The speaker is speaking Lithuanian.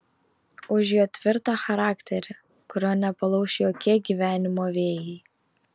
už jo tvirtą charakterį kurio nepalauš jokie gyvenimo vėjai